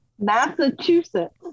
Massachusetts